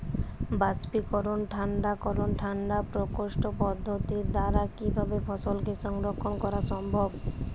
বাষ্পীকরন ঠান্ডা করণ ঠান্ডা প্রকোষ্ঠ পদ্ধতির দ্বারা কিভাবে ফসলকে সংরক্ষণ করা সম্ভব?